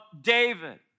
David